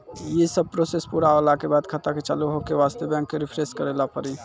यी सब प्रोसेस पुरा होला के बाद खाता के चालू हो के वास्ते बैंक मे रिफ्रेश करैला पड़ी?